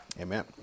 Amen